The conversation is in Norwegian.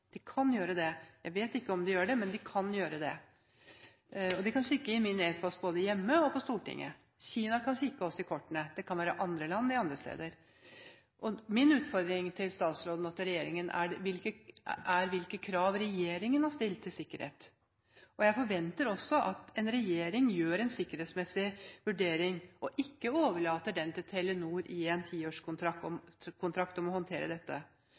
De kan gjøre det. Jeg vet ikke om de gjør det, men de kan gjøre det – de kan kikke i min e-post både hjemme og på Stortinget. Kina kan kikke oss i kortene. Andre steder kan det være andre land. Og min utfordring til statsråden, og til regjeringen, er hvilke krav regjeringen har stilt til sikkerhet. Jeg forventer også at regjeringen gjør en sikkerhetsmessig vurdering, og ikke overlater til Telenor i en ti års kontrakt å håndtere dette.